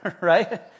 Right